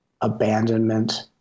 abandonment